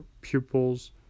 pupils